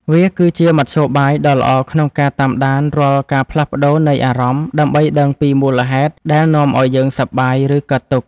វាគឺជាមធ្យោបាយដ៏ល្អក្នុងការតាមដានរាល់ការផ្លាស់ប្តូរនៃអារម្មណ៍ ដើម្បីដឹងពីមូលហេតុដែលនាំឱ្យយើងសប្បាយ ឬកើតទុក្ខ។